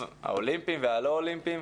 האולימפיים וגם של הספורטאים הלא אולימפיים.